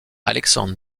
alexandre